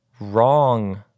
wrong